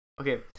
okay